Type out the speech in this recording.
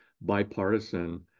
bipartisan